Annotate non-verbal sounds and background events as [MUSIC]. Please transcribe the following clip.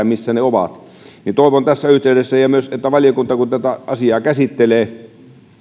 [UNINTELLIGIBLE] missä ne ovat toivon myös tässä yhteydessä hartaasti että kun valiokunta tätä asiaa käsittelee